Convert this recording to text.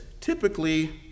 typically